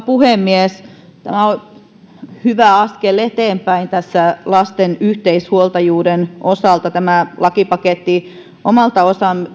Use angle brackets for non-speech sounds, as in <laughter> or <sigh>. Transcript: <unintelligible> puhemies tämä on hyvä askel eteenpäin lasten yhteishuoltajuuden osalta tämä lakipaketti omalta